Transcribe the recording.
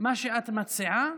מה שאת מציעה.